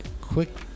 quick